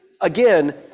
again